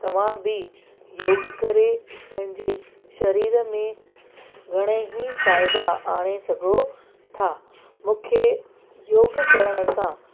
तव्हां बि योग करे पंहिंजे शरीर में घणे ई फ़ाइदा आणे सघो था मूंखे योग करण सां